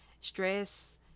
stress